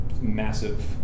massive